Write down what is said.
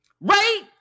right